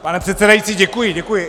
Pane předsedající, děkuji, děkuji.